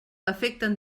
afecten